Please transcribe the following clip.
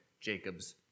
Jacob's